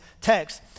text